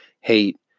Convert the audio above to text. hate